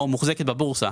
מוחזקת בבורסה,